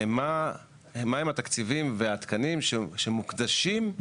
מה הם התקציבים והתקנים שמוקדשים,